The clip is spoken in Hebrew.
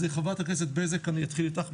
חברת הכנסת בזק, אני אתחיל איתך.